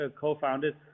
co-founded